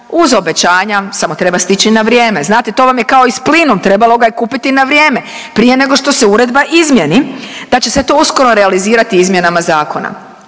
uz obećanja samo treba stići na vrijeme. Znate to je kao i plinom trebalo ga je kupiti na vrijeme prije nego što se uredba izmijeni, da će se to uskoro realizirati izmjenama zakona.